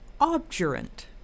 obdurate